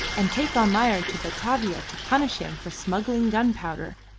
and take almayer to batavia to punish him for smuggling gunpowder,